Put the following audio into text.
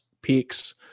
peaks